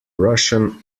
russian